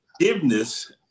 forgiveness